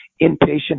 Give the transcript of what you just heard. inpatient